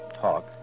talk